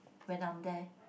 when I'm there